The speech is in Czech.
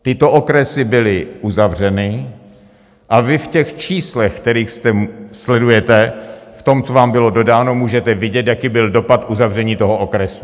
Tyto okresy byly uzavřeny a vy v těch číslech, která sledujete v tom, co vám bylo dodáno, můžete vidět, jaký byl dopad uzavření toho okresu.